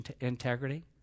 integrity